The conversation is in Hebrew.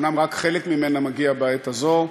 אומנם רק חלק ממנה מגיע בעת הזאת,